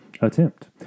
attempt